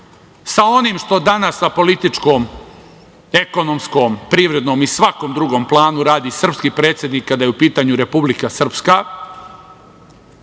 onim što danas na političkom, ekonomskom, privrednom i svakom drugom planu radi srpski predsednik kada je u pitanju Republika Srpska,